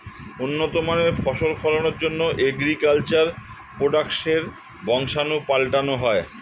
উন্নত মানের ফসল ফলনের জন্যে অ্যাগ্রিকালচার প্রোডাক্টসের বংশাণু পাল্টানো হয়